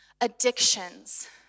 addictions